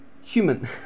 human